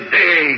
day